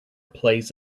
plays